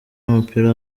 w’umupira